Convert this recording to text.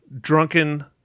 drunken